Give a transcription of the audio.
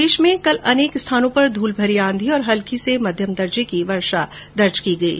प्रदेश में कल अनेक स्थानों पर धूलमरी आंधी और हल्की से मध्यम वर्षा दर्ज की गयी